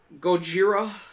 Gojira